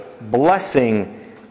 blessing